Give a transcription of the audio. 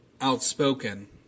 outspoken